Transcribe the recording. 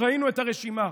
ראינו את הרשימה.